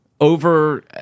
over